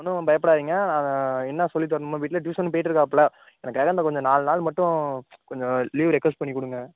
நீங்கள் ஒன்றும் பயப்படாதீங்கள் என்ன சொல்லி தரணுமோ வீட்டில் டியூஷனும் போயிட்டுருக்காப்ல எனக்காக இந்த கொஞ்சம் நாலு நாள் மட்டும் கொஞ்சம் லீவு ரெக்குவெஸ்ட் பண்ணி கொடுங்க